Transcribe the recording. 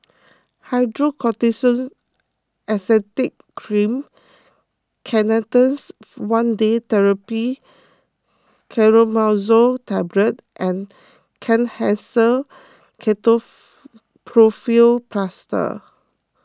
Hydrocortisone Acetate Cream Canestens one Day therapy Clotrimazole Tablet and Kenhancer Plaster